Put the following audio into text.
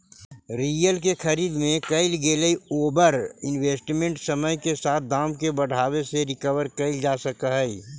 real के खरीद में कईल गेलई ओवर इन्वेस्टमेंट समय के साथ दाम के बढ़ावे से रिकवर कईल जा सकऽ हई